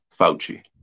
Fauci